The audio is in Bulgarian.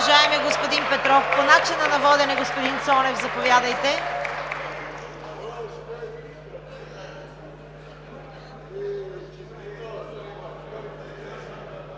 Благодаря,